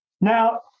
now